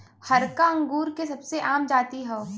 हरका अंगूर के सबसे आम जाति हौ